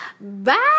Bye